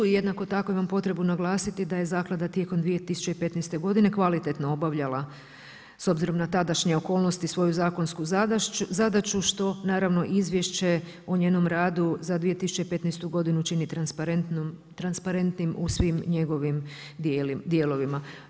I jednako tako imam potrebu naglasiti da je zaklada tijekom 2015. godine kvalitetno obavljala s obzirom na tadašnje okolnosti svoju zakonsku zadaću što naravno izvješće o njenom radu za 2015. godinu čini transparentnim u svim njegovim dijelovima.